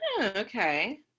okay